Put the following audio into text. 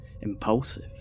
impulsive